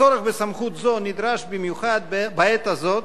הצורך בסמכות זו נדרש במיוחד בעת הזאת,